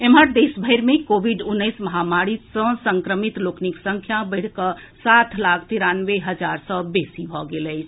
एम्हर देश भरि मे कोविड उन्नैस महामारी सँ संक्रमित लोकनिक संख्या बढ़ि कऽ सात लाख तिरानवे हजार सँ बेसी भऽ गेल अछि